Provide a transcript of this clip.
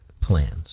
plans